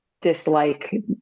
dislike